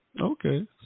Okay